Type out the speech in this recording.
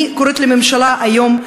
אני קוראת לממשלה היום,